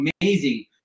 amazing